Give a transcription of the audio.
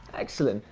excellent.